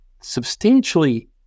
substantially